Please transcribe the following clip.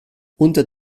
unter